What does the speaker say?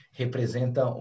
representa